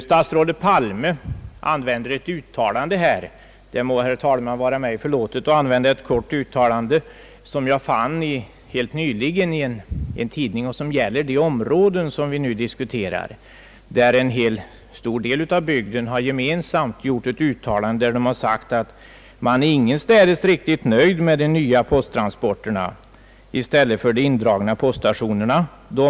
Statsrådet Palme har här åberopat ett uttalande. Det må, herr talman, vara mig förlåtet om jag använder ett kort uttalande, som jag nyligen fann i en tidning och som gäller de områden vi nu diskuterar. En stor del av bygdens befolkning har gjort ett uttalande, vilket går ut på att man ingenstädes är riktigt nöjd med de nya posttransporter som införts i stället för de indragna poststationerna.